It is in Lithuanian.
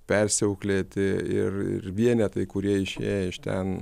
persiauklėti ir ir vienetai kurie išėję iš ten